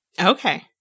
Okay